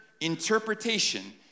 interpretation